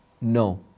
No